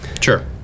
Sure